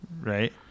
Right